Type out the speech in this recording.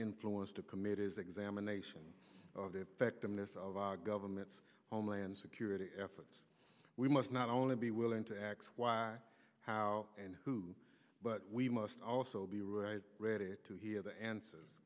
influence to commit is examination of the effectiveness of our government's homeland security efforts we must not only be willing to x y how and who but we must also be right read it to hear the answer